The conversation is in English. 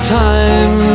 time